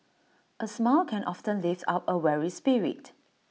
A smile can often lift up A weary spirit